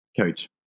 coach